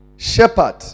Shepherd